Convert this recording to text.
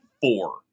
four